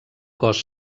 cos